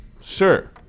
Sure